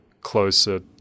closer